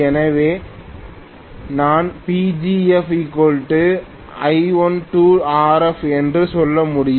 எனவே நான் PgfI12Rf என்று சொல்ல முடியும்